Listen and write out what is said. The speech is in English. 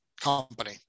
company